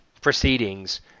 proceedings